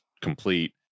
complete